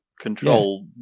control